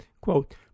Quote